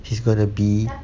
he's gonna be